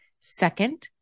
Second